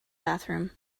bathroom